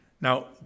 now